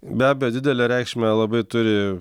be abejo didelę reikšmę labai turi